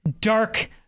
dark